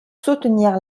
soutenir